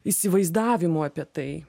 įsivaizdavu apie tai